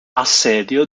assedio